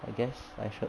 I guess I should